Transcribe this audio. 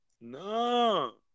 No